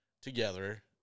together